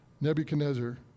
Nebuchadnezzar